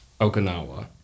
Okinawa